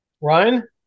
ryan